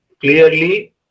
clearly